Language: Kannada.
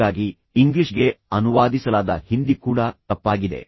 ಹಾಗಾಗಿ ಇಂಗ್ಲಿಷ್ಗೆ ಅನುವಾದಿಸಲಾದ ಹಿಂದಿ ಕೂಡ ತಪ್ಪಾಗಿದೆ